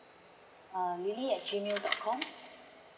err lily at G mail dot com